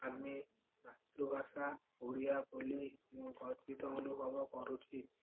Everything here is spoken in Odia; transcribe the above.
ଆମେ ମାତୃଭାଷା ଓଡ଼ିଆ ବୋଲି ମୁଁ ଗର୍ବିତ ଅନୁଭବ କରୁଛି